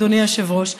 אדוני היושב-ראש,